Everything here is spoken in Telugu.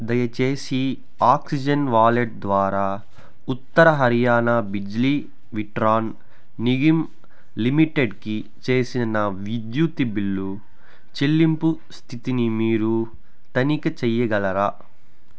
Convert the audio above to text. దయచేసి ఆక్సిజెన్ వాలెట్ ద్వారా ఉత్తర హర్యానా బిజిలీ వితరణ్ నిగమ్ లిమిటెడ్కి చేసిన విద్యుత్ బిల్లు చెల్లింపు స్థితిని మీరు తనిఖీ చెయ్యగలరా